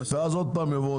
אז יבואו